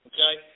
Okay